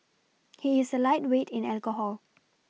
he is a lightweight in alcohol